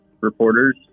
reporters